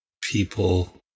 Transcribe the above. people